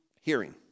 hearing